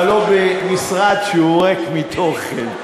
אבל לא במשרד שהוא ריק מתוכן.